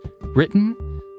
written